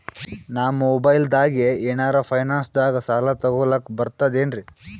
ನಾ ಮೊಬೈಲ್ದಾಗೆ ಏನರ ಫೈನಾನ್ಸದಾಗ ಸಾಲ ತೊಗೊಲಕ ಬರ್ತದೇನ್ರಿ?